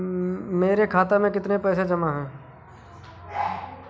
मेरे खाता में कितनी पैसे जमा हैं?